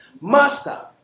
Master